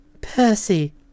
Percy